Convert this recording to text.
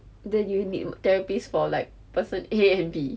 then you will need therapists for like person A and B